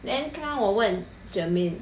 then 刚刚我问 germaine